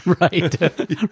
right